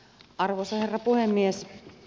arvoisa herra puhemies